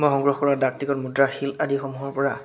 মই সংগ্ৰহ ডাকটিকত মুদ্ৰা শিল আদিসমূহৰপৰা